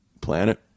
Planet